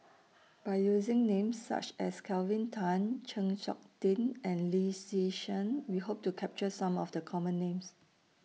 By using Names such as Kelvin Tan Chng Seok Tin and Lee Yi Shyan We Hope to capture Some of The Common Names